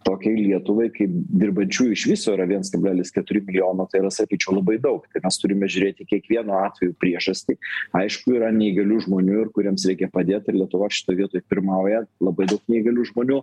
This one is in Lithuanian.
tokiai lietuvai kaip dirbančiųjų iš viso yra viens kablelis keturi milijono tai yra sakyčiau labai daug mes turime žiūrėti kiekvienu atveju priežastį aišku yra neįgalių žmonių ir kuriems reikia padėt ir lietuva šitoj vietoj pirmauja labai daug neįgalių žmonių